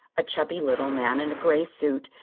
a chubby little man in a gray suit,